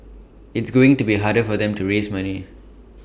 it's going to be harder for them to raise money